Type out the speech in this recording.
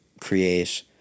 create